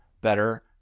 better